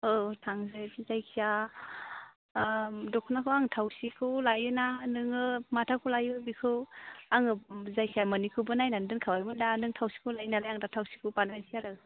औ थांनिसै जायखिजाया दखनाखौ आं थावसिखौ लायोना नोङो माथाखौ लायो बेखौ आङो जायखिजाया मोननैखौबो नायनानै दोनखाबायमोन दा नों थावसिखौ लायो नालाय आं दा थावसिखौ बानायहैसै आरो